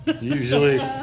Usually